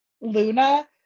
Luna